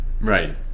Right